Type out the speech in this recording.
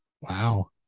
Wow